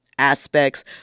aspects